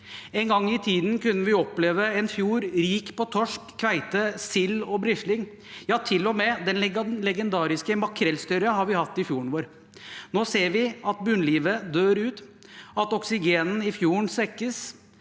En gang tiden kunne vi oppleve en fjord rik på torsk, kveite, sild og brisling – ja, til og med den legendariske makrellstørjen har vi hatt i fjorden vår. Nå ser vi at bunnlivet dør ut, at oksygenet i fjorden svekkes,